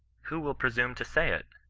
who will presume to sayiti